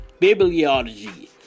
Bibliology